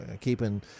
keeping